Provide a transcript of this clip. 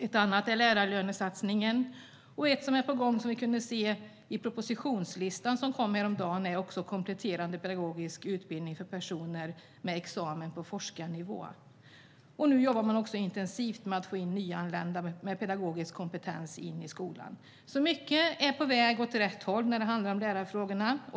Ett annat är lärarlönesatsningen. Ett som är på gång, som vi kunde se i propositionslistan som kom häromdagen, är kompletterande pedagogisk utbildning för personer med examen på forskarnivå. Nu jobbar man också intensivt med att få in nyanlända med pedagogisk kompetens i skolan. Mycket är på väg åt rätt håll när det handlar om lärarfrågorna.